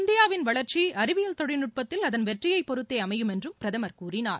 இந்தியாவின் வளர்ச்சி அறிவியல் தொழில்நுட்பத்தில் அதன் வெற்றியை பொறுத்தே அமையும் என்றும் பிரதமர் கூறினார்